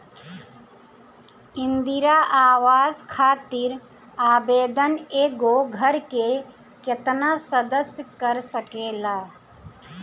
इंदिरा आवास खातिर आवेदन एगो घर के केतना सदस्य कर सकेला?